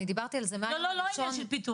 דיברתי על זה מהיום הראשון,